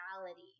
reality